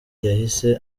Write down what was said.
yahise